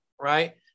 right